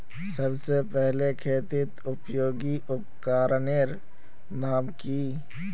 सबसे पहले खेतीत उपयोगी उपकरनेर नाम की?